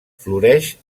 floreix